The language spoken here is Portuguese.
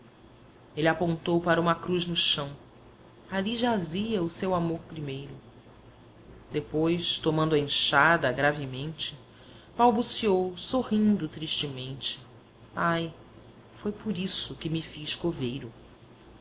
ele apontou para uma cruz no chão ali jazia o seu amor primeiro depois tomando a enxada gravemente balbuciou sorrindo tristemente ai foi por isso que me fiz coveiro